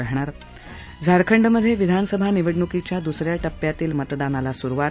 राहणार झारखंडमध्ये विधानसभा निवडणुकीच्या दुसऱ्या टप्प्यातील मतदानाला सुरुवात